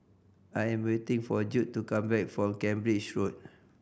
I am waiting for Jude to come back from Cambridge Road